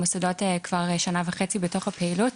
המוסדות כבר שנה וחצי בתוך הפעילות,